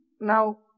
now